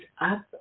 up